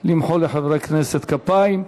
למחוא לחברי כנסת כפיים.